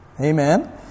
Amen